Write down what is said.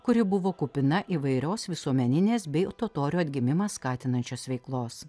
kuri buvo kupina įvairios visuomeninės bei totorių atgimimą skatinančios veiklos